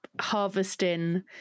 harvesting